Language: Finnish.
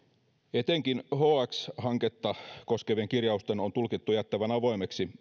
etenkin hx hanketta koskevien kirjausten on tulkittu jättävän avoimeksi